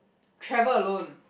travel alone